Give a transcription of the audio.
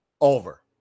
Over